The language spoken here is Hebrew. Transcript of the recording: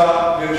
מה פתאום.